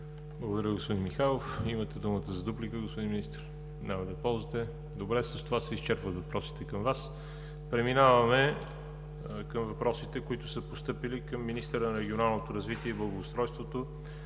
Благодаря, господин Михайлов. Имате думата за дуплика, господин Министър. Няма да я ползвате. Добре. С това се изчерпват въпросите към Вас. Преминаваме към въпросите, които са постъпили към министъра на регионалното развитие и благоустройството